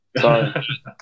Sorry